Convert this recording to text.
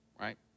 right